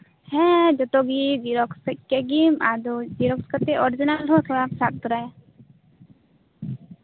ᱦᱮᱸ ᱡᱚᱛᱚᱜᱮ ᱡᱮᱨᱚᱠᱥ ᱠᱮᱜ ᱜᱮᱢ ᱟᱨ ᱡᱮᱨᱮᱠᱥ ᱠᱟᱛᱮᱜ ᱚᱨᱤᱡᱤᱱᱟᱞ ᱦᱚᱸ ᱛᱷᱚᱲᱟᱢ ᱥᱟᱵ ᱛᱟᱨᱟᱭᱟ